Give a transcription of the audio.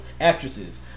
actresses